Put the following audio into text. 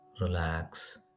relax